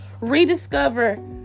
rediscover